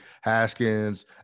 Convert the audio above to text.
Haskins